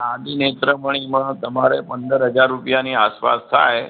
સાદી નેત્રમણીમાં તમારે પંદર હજાર રુપિયાની આસપાસ થાય